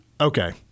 okay